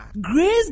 Grace